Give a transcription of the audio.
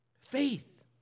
faith